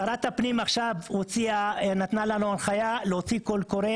שרת הפנים עכשיו נתנה לנו הנחיה להוציא קול קורא